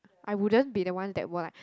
I wouldn't be the one that will like